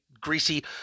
greasy